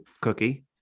cookie